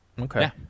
Okay